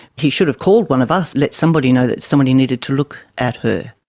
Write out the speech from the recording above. he should have called one of us, let somebody know that somebody needed to look at her.